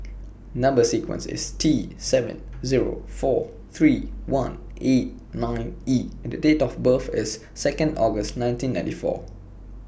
Number sequence IS T seven Zero four three one eight nine E and Date of birth IS Second August nineteen ninety four